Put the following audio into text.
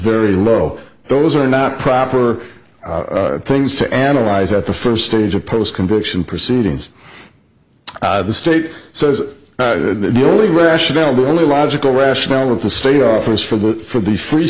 very low those are not proper things to analyze at the first stage of post conviction proceedings the state says the only rationale the only logical rationale of the state office for the for the free